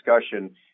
discussion